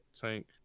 tank